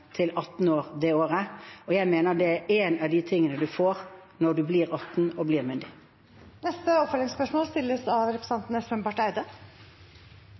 til 18 år det året, og jeg mener det er en av de tingene man får når man blir 18 og myndig. Espen Barth Eide – til oppfølgingsspørsmål.